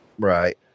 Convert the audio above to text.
Right